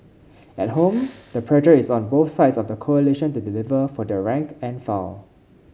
at home the pressure is on both sides of the coalition to deliver for their rank and file